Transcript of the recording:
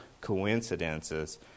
coincidences